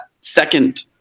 second